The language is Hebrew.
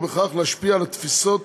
ובכך להשפיע על התפיסות